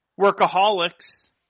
Workaholics